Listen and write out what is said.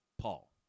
Paul